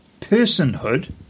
personhood